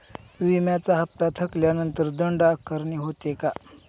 विम्याचा हफ्ता थकल्यानंतर दंड आकारणी होते का?